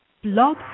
Blog